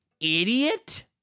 idiot